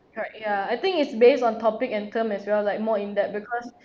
correct ya I think it's based on topic and term as well like more in-depth because